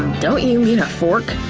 don't you mean a fork?